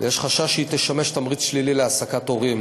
ויש חשש שהיא תשמש תמריץ שלילי להעסקת הורים,